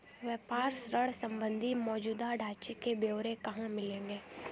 व्यापार ऋण संबंधी मौजूदा ढांचे के ब्यौरे कहाँ मिलेंगे?